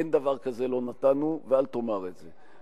אין דבר כזה "לא נתנו", ואל תאמר את זה.